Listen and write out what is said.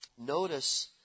Notice